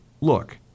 look—